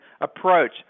approach